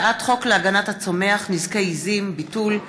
הצעת חוק להגנת הצומח (נזקי עיזים) (ביטול),